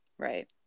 Right